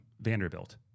vanderbilt